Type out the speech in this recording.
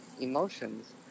emotions